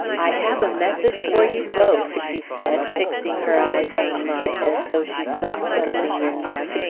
i have a message for you both, she said, fixing her eyes on mine as though she sought something in them.